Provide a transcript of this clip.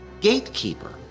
gatekeeper